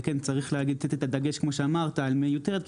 וכן צריך לתת את הדגש כמו שאמרת על מיותרת,